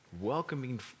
welcoming